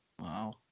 Wow